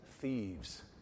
thieves